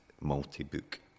multi-book